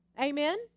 Amen